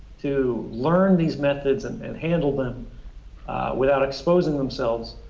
to learn these methods and and handle them without exposing themselves